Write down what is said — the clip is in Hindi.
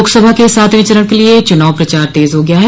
लोकसभा के सातवें चरण के लिये चुनाव प्रचार तेज हो गया है